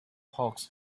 hawks